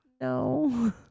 No